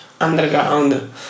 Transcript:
underground